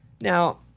Now